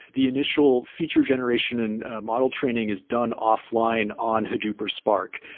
the initial feature generation and model training is done offline on hadoop, or spark.